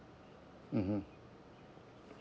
mmhmm